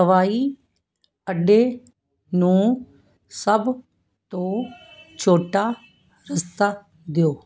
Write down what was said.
ਹਵਾਈ ਅੱਡੇ ਨੂੰ ਸਭ ਤੋਂ ਛੋਟਾ ਰਸਤਾ ਦਿਓ